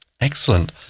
Excellent